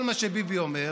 כל מה שביבי אומר